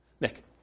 Nick